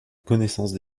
connaissance